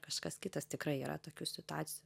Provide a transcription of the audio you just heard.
kažkas kitas tikrai yra tokių situacijų